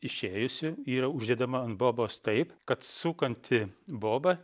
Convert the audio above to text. išėjusi yra uždedama ant bobos taip kad sukanti boba